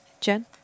Jen